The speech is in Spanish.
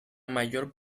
mayor